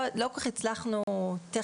לא כל כך הצלחנו טכנית